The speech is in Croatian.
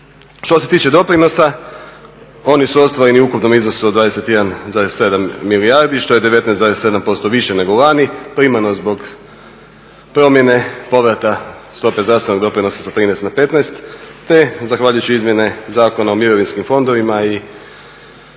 Što se tiče doprinosa, oni su ostvareni u ukupnom iznosu od 21,7 milijardi što je 19,7% više nego lani, primarno zbog promjene povrata stope zdravstvenog doprinosa sa 13 na 15 te zahvaljujući izmjene Zakona o mirovinskim fondovima i